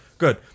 Good